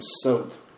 soap